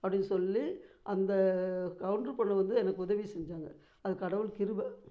அப்படின்னு சொல்லி அந்த கவுண்ட்ரு பொண்ணு வந்து எனக்கு உதவி செஞ்சாங்க அது கடவுள் கிருபை